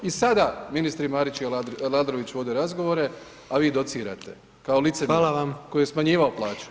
I sada ministri Marić i Aladrović vode razgovore, a vi docirate kao licemjer koji je smanjivao plaću.